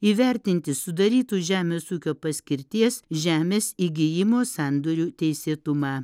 įvertinti sudarytų žemės ūkio paskirties žemės įgijimo sandorių teisėtumą